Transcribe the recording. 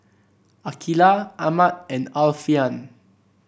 Aqeelah Ahmad and Alfian